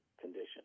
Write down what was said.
condition